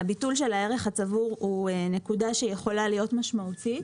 הביטול של הערך הצבור הוא נקודה שיכולה להיות משמעותית.